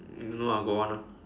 um no ah got one ah